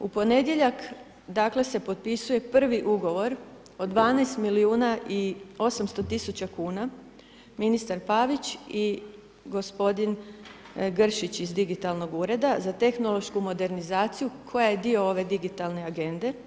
U ponedjeljak, dakle se potpisuje prvi ugovor od 12 milijuna i 800 tisuća kuna ministar Pavić i gospodin Gršić iz digitalnog ureda za tehnološku modernizaciju koja je dio ove Digitalne agende.